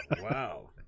wow